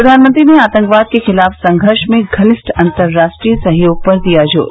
प्रधानमंत्री ने आतंकवाद के खिलाफ संघर्ष में घनिष्ठ अंतर्राष्ट्रीय सहयोग पर दिया जोर